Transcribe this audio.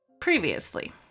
previously